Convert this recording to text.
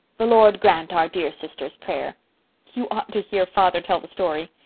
the lord grant our dear sister's prayer you ought to hear father tell the story.